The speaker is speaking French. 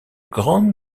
grande